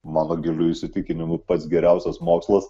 mano giliu įsitikinimu pats geriausias mokslas